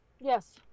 yes